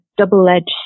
double-edged